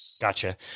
Gotcha